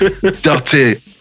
Dirty